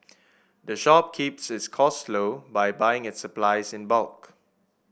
the shop keeps its costs low by buying its supplies in bulk